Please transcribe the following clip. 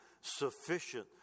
sufficient